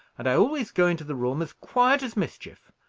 and i always go into the room as quiet as mischief.